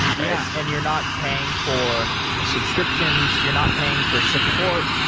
yeah, and you're not paying for subscriptions. you're not paying for support.